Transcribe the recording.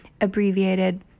abbreviated